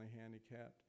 handicapped